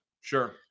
Sure